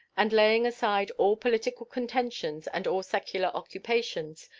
and, laying aside all political contentions and all secular occupations,